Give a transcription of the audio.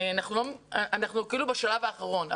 אנחנו כאילו בשלב האחרון.